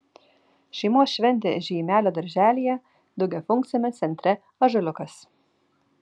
šeimos šventė žeimelio darželyje daugiafunkciame centre ąžuoliukas